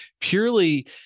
purely